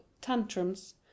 Tantrums